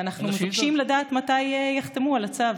ואנחנו מבקשים לדעת מתי יחתמו על הצו.